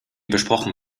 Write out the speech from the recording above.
besprochen